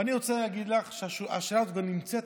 ואני רוצה להגיד לך שהשאלה הזאת נמצאת